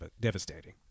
devastating